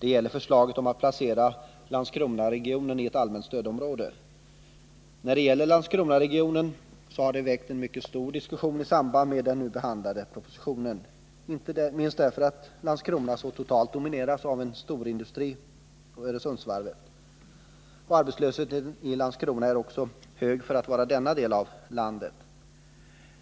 Det gäller förslaget om att placera Landskronaregionen i ett allmänt stödområde. Det har väckt mycket stor diskussion i samband med arbetet på den proposition som vi nu haraatt ta ställning till, inte minst därför att Landskrona så totalt domineras av sin storindustri, nämligen Öresundsvarvet. Arbetslösheten i Landskrona är hög för att vara i den delen av landet.